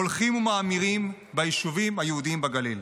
הולכים ומאמירים ביישובים היהודיים בגליל.